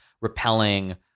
repelling